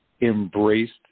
embraced